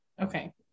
Okay